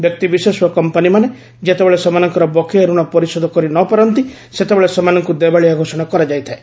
ବ୍ୟକ୍ତିବିଶେଷ ଓ କମ୍ପାନିମାନେ ଯେତେବେଳେ ସେମାନଙ୍କର ବକେୟା ଋଣ ପରିଶୋଧ କରିନପାରନ୍ତି ସେତେବେଳେ ସେମାନଙ୍କୁ ଦେବାଳିଆ ଘୋଷଣା କରାଯାଇଥାଏ